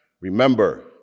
Remember